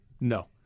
no